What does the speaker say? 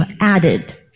added